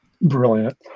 brilliant